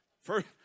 first